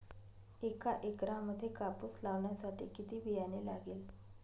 एका एकरामध्ये कापूस लावण्यासाठी किती बियाणे लागेल?